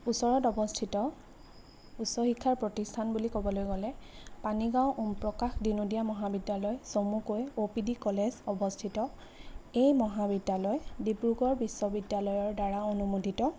ওচৰত অৱস্থিত উচ্চ শিক্ষাৰ প্ৰতিষ্ঠান বুলি ক'বলৈ গ'লে পানীগাঁও ওম প্ৰকাশ দিনদীয়া মহাবিদ্যালয় চমুকৈ অ'পিডি কলেজ অৱস্থিত এই মহাবিদ্যালয় ডিব্ৰুগড় বিশ্ববিদ্যালয়ৰ দ্বাৰা অনুমোদিত